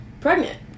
Pregnant